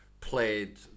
played